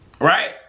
Right